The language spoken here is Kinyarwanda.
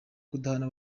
kudahana